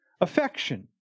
affection